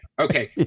Okay